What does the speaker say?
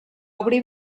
obrir